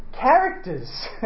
characters